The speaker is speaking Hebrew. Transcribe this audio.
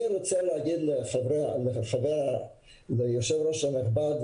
אני רוצה לומר ליושב ראש הוועדה,